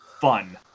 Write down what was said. fun